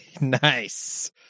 nice